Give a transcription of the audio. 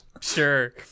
Sure